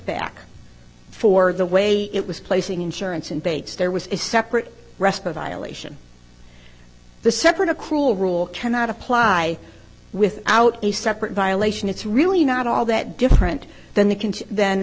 kickback for the way it was placing insurance and bates there was a separate rest of aisle ation the separate a cruel rule cannot apply without a separate violation it's really not all that different than th